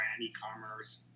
e-commerce